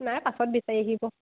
নাই পাছত বিচাৰি আহিব